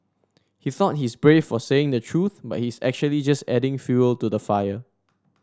he thought he's brave for saying the truth but he's actually just adding fuel to the fire